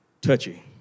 touchy